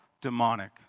demonic